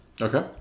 Okay